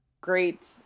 great